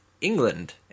england